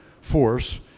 force